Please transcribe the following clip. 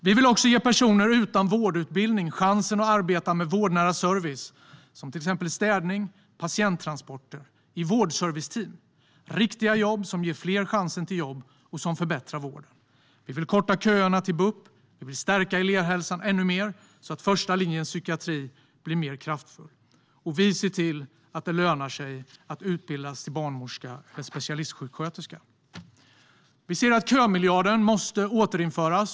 Vi vill också ge personer utan vårdutbildning chansen att arbeta med vårdnära service, som till exempel städning och patienttransporter, i vårdserviceteam. Det är riktiga jobb som ger fler chansen till jobb och som förbättrar vården. Vi vill korta köerna till BUP, och vi vill stärka elevhälsan ännu mer så att första linjens psykiatri blir mer kraftfull. Vi ser till att det lönar sig att utbilda sig till barnmorska eller specialistsjuksköterska. Vi ser att kömiljarden måste återinföras.